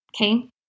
okay